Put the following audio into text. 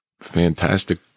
fantastic